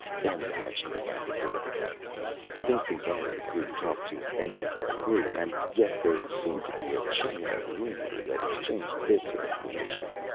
then the tension began to build again i don't think any of the crew talked to any of our group. and yet, there seemed to be a chain of rumor that exchanged bits of information.